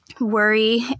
worry